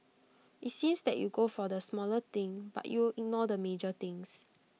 IT seems that you go for the smaller thing but you ignore the major things